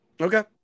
Okay